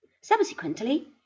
subsequently